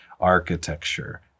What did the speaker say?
architecture